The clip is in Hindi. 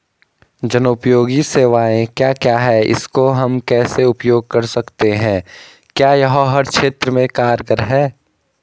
जनोपयोगी सेवाएं क्या क्या हैं इसको हम कैसे उपयोग कर सकते हैं क्या यह हर क्षेत्र में कारगर है?